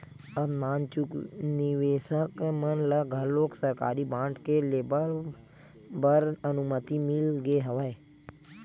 अब नानचुक निवेसक मन ल घलोक सरकारी बांड के लेवब बर अनुमति मिल गे हवय